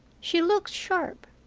she looks sharp,